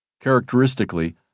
Characteristically